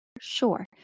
Sure